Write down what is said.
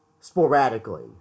sporadically